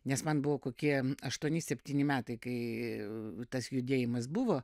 nes man buvo kokie aštuoni septyni metai kai tas judėjimas buvo